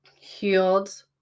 healed